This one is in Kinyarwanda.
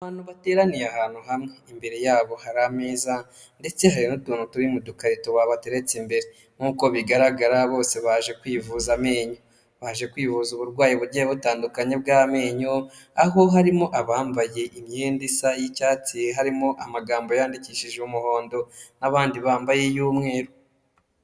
Abantu bateraniye ahantu hamwe imbere yabo hari ameza ndetse hari n'utuntu turi mu dukarito babateretse imbere nk'uko bigaragara bose baje kwivuza amenyo baje kwivuza uburwayi bugiye butandukanye bw'amenyo, aho harimo abambaye imyenda isa y'icyatsi harimo amagambo yandikishije umuhondo n'abandi bambaye iyumweru.